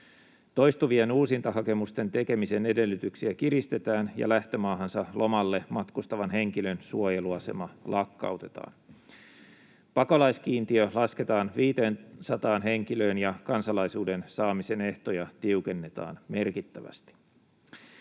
toistuvien uusintahakemusten tekemisen edellytyksiä kiristetään ja lähtömaahansa lomalle matkustavan henkilön suojeluasema lakkautetaan. Pakolaiskiintiö lasketaan 500 henkilöön ja kansalaisuuden saamisen ehtoja tiukennetaan merkittävästi.